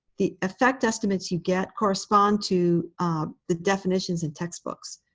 the effect estimates you get correspond to the definitions in textbooks.